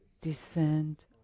descend